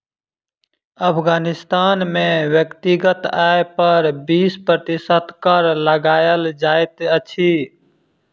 अफ़ग़ानिस्तान में व्यक्तिगत आय पर बीस प्रतिशत कर लगायल जाइत अछि